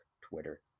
Twitter